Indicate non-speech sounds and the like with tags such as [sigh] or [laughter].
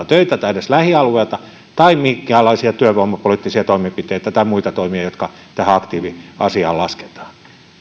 [unintelligible] töitä tai edes lähialueelta tai minkäänlaisia työvoimapoliittisia toimenpiteitä tai muita toimia jotka tähän aktiiviasiaan lasketaan on